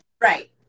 right